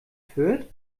fürth